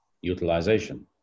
utilization